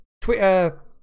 twitter